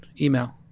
email